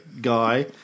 guy